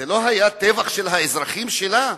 זה לא היה טבח של האזרחים שלה?